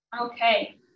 Okay